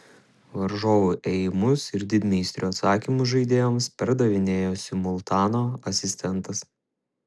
varžovų ėjimus ir didmeistrio atsakymus žaidėjams perdavinėjo simultano asistentas